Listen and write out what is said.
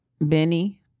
Benny